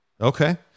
Okay